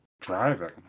driving